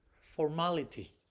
formality